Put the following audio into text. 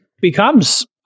Becomes